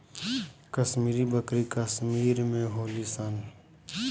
कश्मीरी बकरी कश्मीर में होली सन